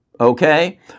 Okay